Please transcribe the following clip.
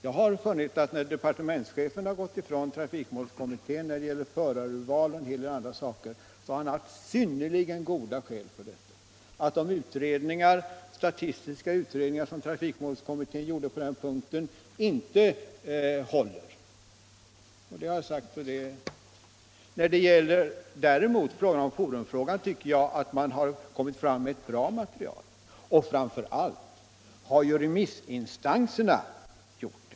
Jag har funnit att när departementschefen gått ifrån trafikmålskommitténs förslag i fråga om förarurval och en hel del andra saker, så han har haft synnerliga goda skäl för detta. Jag har sagt att de statistiska utredningar som trafikmålskommittén gjorde på den punkten inte håller. Då det däremot gäller forumfrågan tycker jag att kommittén har framlagt ett bra material, och framför allt har ju remissinstanserna gjort detta.